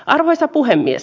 arvoisa puhemies